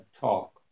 talk